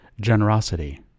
Generosity